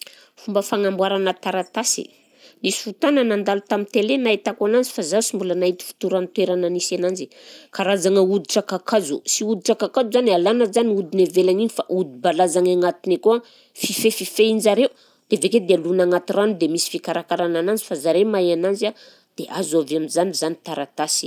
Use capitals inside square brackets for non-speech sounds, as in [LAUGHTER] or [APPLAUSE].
[NOISE] Fomba fagnamboarana taratasy, nisy fotoana nandalo tamin'ny télé nahitako ananzy fa zaho sy mbola nahita fotoran'ny toerana misy ananjy, karazagna hoditra kakazo, sy hoditra kakajo jany alàna jany hodiny avelany iny fa hodi-balaza agny agnatiny akao, fifehifehin-jareo dia avy akeo dia alona agnaty rano dia misy fikarakarana ananzy fa zareo mahay ananzy a dia azo avy am'zany zany taratasy.